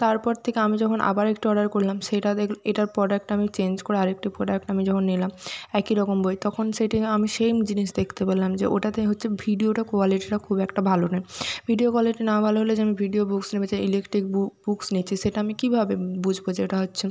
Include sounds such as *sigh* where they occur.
তারপর থেকে আমি যখন আবার একটি অর্ডার করলাম সেইটা *unintelligible* এটার প্রোডাক্ট আমি চেঞ্জ করে আরেকটি প্রোডাক্ট আমি যখন নিলাম একই রকম বই তখন সেটিও আমি সেম জিনিস দেখতে পেলাম যে ওটাতে হচ্ছে ভিডিওটা কোয়ালিটিটা খুব একটা ভালো নেই ভিডিও কোয়ালিটি না ভালো হলে যেমন ভিডিও বুকস *unintelligible* হচ্ছে ইলেকট্রিক বুকস নিচ্ছি সেটা আমি কীভাবে বুঝব যে ওটা হচ্ছে